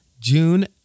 June